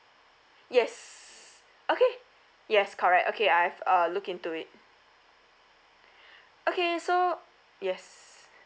yes okay yes correct okay I have uh look into it okay so yes